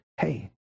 hey